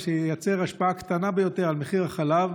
מה שייצר השפעה קטנה ביותר על מחיר החלב